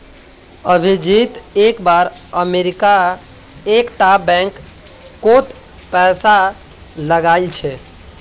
अभिजीत एक बार अमरीका एक टा बैंक कोत पैसा लगाइल छे